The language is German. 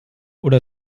oder